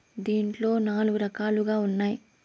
దీంట్లో నాలుగు రకాలుగా ఉన్నాయి